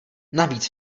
navíc